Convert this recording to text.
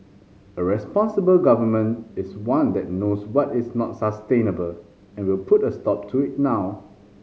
a responsible Government is one that knows what is not sustainable and will put a stop to it now